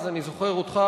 אז אני זוכר אותך,